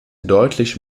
deutlich